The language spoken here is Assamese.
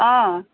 অঁ